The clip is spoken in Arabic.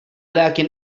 لكن